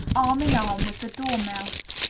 arm in arm with the dormouse.